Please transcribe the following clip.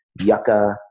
yucca